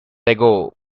ago